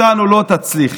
איתנו לא תצליחי.